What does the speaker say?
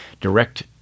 direct